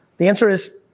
the answer is,